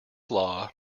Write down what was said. law